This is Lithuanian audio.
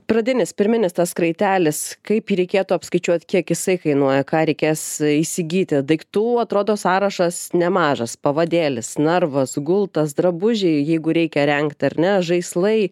pradinis pirminis tas kraitelis kaip jį reikėtų apskaičiuot kiek jisai kainuoja ką reikės įsigyti daiktų atrodo sąrašas nemažas pavadėlis narvas gultas drabužiai jeigu reikia rengti ar ne žaislai